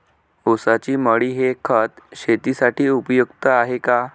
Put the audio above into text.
ऊसाची मळी हे खत शेतीसाठी उपयुक्त आहे का?